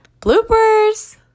Bloopers